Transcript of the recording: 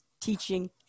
teaching